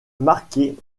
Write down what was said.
marquée